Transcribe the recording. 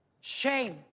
Shame